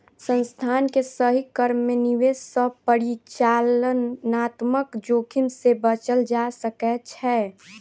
संस्थान के सही क्रम में निवेश सॅ परिचालनात्मक जोखिम से बचल जा सकै छै